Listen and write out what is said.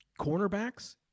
cornerbacks